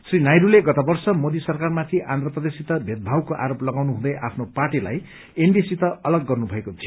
श्री नायडूले गत वर्ष मोदी सरकारमाथि आन्ध्र प्रदेशसित भेदभावको आरोप लगाउनु हुँदै आफ्नो पार्टीलाई एनडीएसित अलग गर्नुभएको थियो